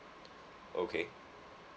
okay